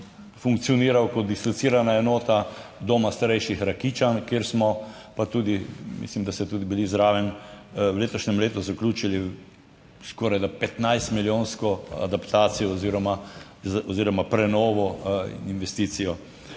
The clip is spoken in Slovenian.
funkcioniral kot dislocirana enota Doma starejših Rakičan, kjer smo pa tudi, mislim, da ste tudi bili zraven, v letošnjem letu zaključili skorajda 15 milijonsko adaptacijo oziroma oziroma prenovo, investicijo.